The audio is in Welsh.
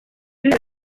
hyd